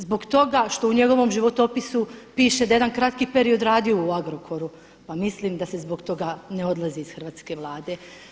Zbog toga što u njegovom životopisu piše da je jedan kratki period radio u Agrokoru, pa mislim da se zbog toga ne odlazi iz hrvatske Vlade.